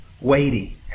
weighty